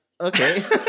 okay